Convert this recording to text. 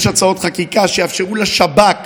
יש הצעות חקיקה שיאפשרו לשב"כ